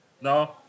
No